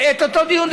את אותו דיון,